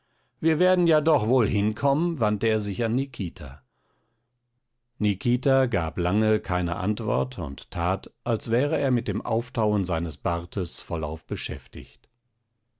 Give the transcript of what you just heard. wir werden ja doch wohl hinkommen wandte er sich an nikita nikita gab lange keine antwort und tat als wäre er mit dem auftauen seines bartes vollauf beschäftigt